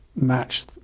Match